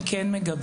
מי כן מגבה?